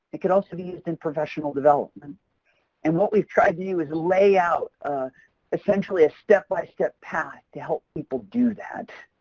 it can also be used in professional development and what we've tried to do is lay out essentially a step-by-step path to help people do that.